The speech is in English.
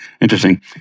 interesting